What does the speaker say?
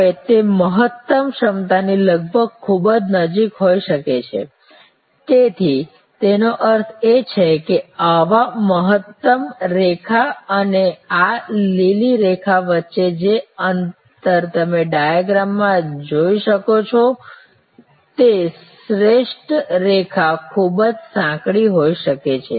હવે તે મહત્તમ ક્ષમતાની લગભગ ખૂબ જ નજીક હોઈ શકે છે તેથી તેનો અર્થ એ છે કે આ મહત્તમ રેખા અને આ લીલી રેખા વચ્ચે જે અંતર તમે આ ડિયગ્રામ માં જોઈ શકો છો Refer Time 1054 તે શ્રેષ્ઠ રેખા ખૂબ જ સાંકડી હોઈ શકે છે